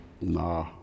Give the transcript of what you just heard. nah